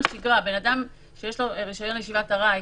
שגרה - אדם שיש לו רשיון ישיבת ארעי,